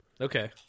okay